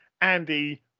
Andy